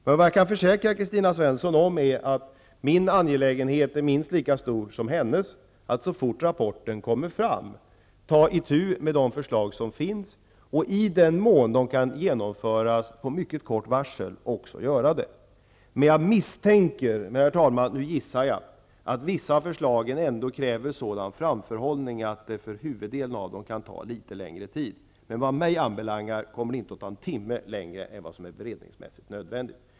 Jag kan emellertid försäkra Kristina Svensson om att jag är minst lika angelägen som hon om att, så fort rapporten kommer fram, ta itu med de förslag som finns och i den mån de kan genomföras med mycket kort varsel också genomföra dem. Jag misstänker emellertid, men det är en gissning, att vissa av förslagen ändå kräver sådan framförhållning att det för huvuddelen av dem kan ta litet längre tid. Men vad mig anbelangar kommer det inte att ta en timme längre än vad som beredningsmässigt är nödvändigt.